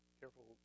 careful